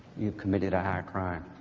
you have committed a high crime.